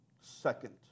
second